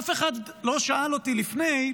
אף אחד לא שאל אותי לפני,